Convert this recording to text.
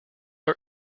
are